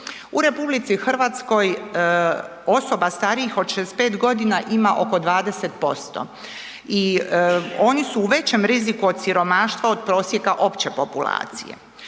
U RH osoba starijih od 65 ima oko 20% i oni su u većem riziku od siromaštva od prosjeka opće populacije.